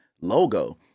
logo